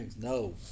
No